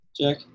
Jack